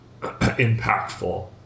impactful